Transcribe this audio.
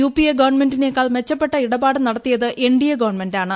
U P A ഗവൺമെന്റിനേക്കാൾ മെച്ചപ്പെട്ട ഇടപാട് നടത്തിയത് എൻ ഡി എ ഗവൺമെന്റ് ആണ്